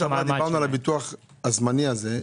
בפעם שעברה דיברנו על הביטוח הזמני הזה,